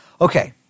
Okay